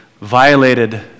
violated